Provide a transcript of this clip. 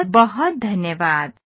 बहुत बहुत धन्यवाद